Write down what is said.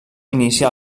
inicià